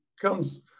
comes